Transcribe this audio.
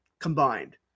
combined